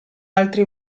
altri